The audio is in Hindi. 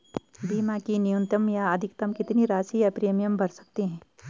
बीमा की न्यूनतम या अधिकतम कितनी राशि या प्रीमियम भर सकते हैं?